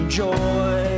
joy